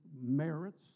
merits